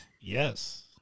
yes